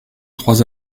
trois